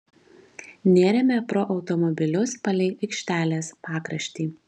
nėrėme pro automobilius palei aikštelės pakraštį